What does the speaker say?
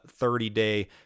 30-day